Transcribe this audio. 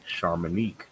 Charmonique